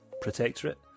Protectorate